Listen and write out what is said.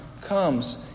comes